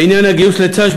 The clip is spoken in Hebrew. בעניין הגיוס לצה"ל,